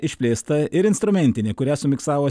išplėsta ir instrumentinė kurias užfiksavo